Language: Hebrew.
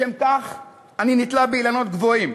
לשם כך אני נתלה באילנות גבוהים,